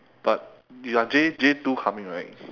but you are J J two coming right